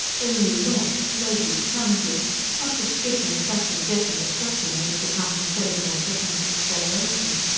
they were new-launched logy clumsy not the streaking, flashing death-and-destruction they would become with thirty more seconds of acceleration.